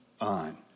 on